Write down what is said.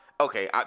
Okay